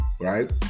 right